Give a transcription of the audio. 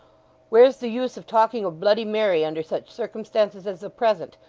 where's the use of talking of bloody mary, under such circumstances as the present,